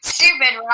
Stupid